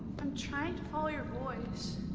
i'm trying to follow your voice.